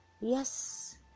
Yes